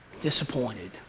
disappointed